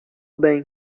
bem